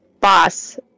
boss